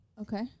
Okay